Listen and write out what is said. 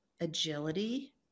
agility